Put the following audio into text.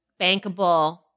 Bankable